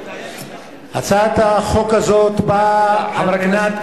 הצעת החוק הזאת באה על מנת,